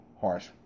harsh